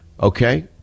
Okay